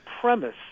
premise